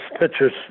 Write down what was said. pictures